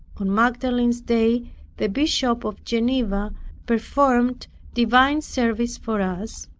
on magdalene's day the bishop of geneva performed divine service for us,